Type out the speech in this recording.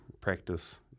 practice